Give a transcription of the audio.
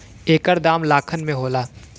एकर दाम लाखन में होला